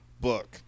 book